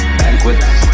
banquets